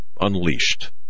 unleashed